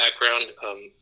background